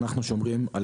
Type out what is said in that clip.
אנחנו שומרים על